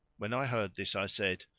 when i heard this i said,